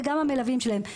וגם המלווים שלהם.